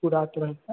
पूरा तरहसँ